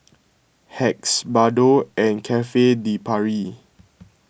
Hacks Bardot and Cafe De Paris